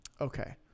Okay